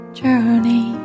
journey